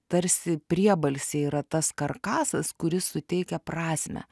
tarsi priebalsiai yra tas karkasas kuris suteikia prasmę